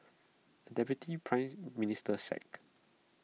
A deputy Prime Minister sacked